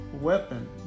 weapon